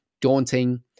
daunting